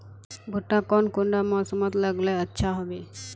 भुट्टा कौन कुंडा मोसमोत लगले अच्छा होबे?